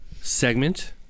segment